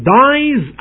dies